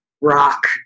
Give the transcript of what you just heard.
rock